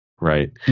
right